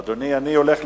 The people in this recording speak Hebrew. אתה מדלג על